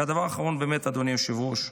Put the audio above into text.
אדוני היושב-ראש,